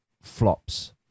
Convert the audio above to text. flops